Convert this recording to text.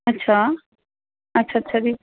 ਅੱਛਾ ਅੱਛਾ ਅੱਛਾ ਜੀ